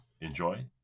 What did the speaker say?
enjoy